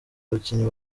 bakinnyi